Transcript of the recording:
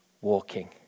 walking